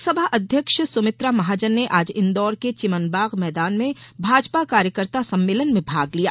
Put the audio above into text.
लोकसभा अध्यक्ष सुमित्रा महाजन ने आज इंदौर के चिमनबाग मैदान में भाजपा कार्यकर्ता सम्मेलन में भाग लिया